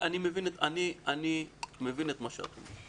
אני מבין את מה שאת אומרת.